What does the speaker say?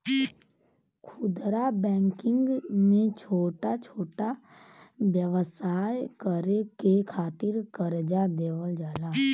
खुदरा बैंकिंग में छोटा छोटा व्यवसाय करे के खातिर करजा देवल जाला